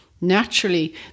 Naturally